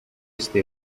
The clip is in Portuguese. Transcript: este